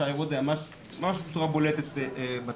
אפשר לראות את זה ממש בצורה בולטת בתרשים.